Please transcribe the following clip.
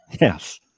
Yes